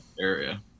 area